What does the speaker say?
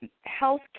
health